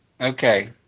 Okay